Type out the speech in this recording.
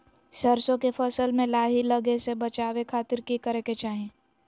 सरसों के फसल में लाही लगे से बचावे खातिर की करे के चाही?